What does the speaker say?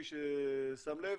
מי ששם לב,